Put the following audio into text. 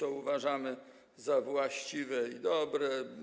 To uważamy za właściwe i dobre.